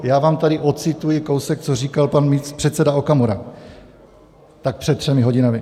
Já vám tady ocituji kousek, co říkal pan místopředseda Okamura tak před třemi hodinami: